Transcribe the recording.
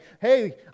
hey